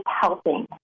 helping